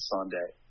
Sunday